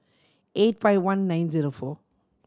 eight five one nine zero four